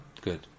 Good